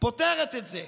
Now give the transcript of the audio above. פותרת את זה,